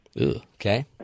Okay